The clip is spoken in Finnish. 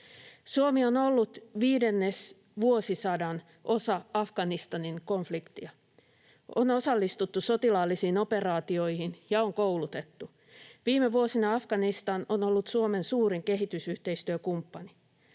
Suomi on ollut viidennesvuosisadan osa Afganistanin konfliktia. On osallistuttu sotilaallisiin operaatioihin ja on koulutettu. Viime vuosina Afganistan on ollut Suomen suurin kehitysyhteistyökumppani.